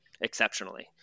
exceptionally